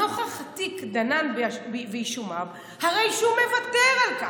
נוכח התיק דנן ואישומיו הרי שהוא מוותר על כך,